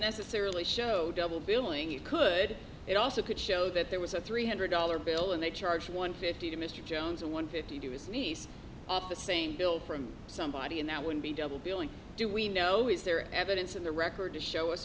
necessarily show double billing it could it also could show that there was a three hundred dollar bill and they charge one fifty to mr jones or one fifty to his niece of the same bill from somebody and that would be double billing do we know is there evidence in the record to show us